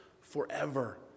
forever